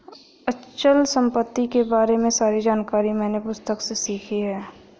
अचल संपत्तियों के बारे में सारी जानकारी मैंने पुस्तक से सीखी है